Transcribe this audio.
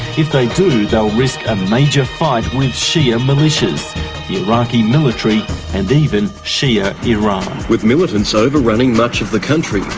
if they do, they'll risk a major fight with shia militias, the iraqi military and even shia iran. with militants overrunning much of the country,